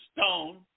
stone